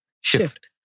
Shift